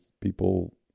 people